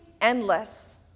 endless